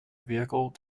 vehicle